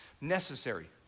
necessary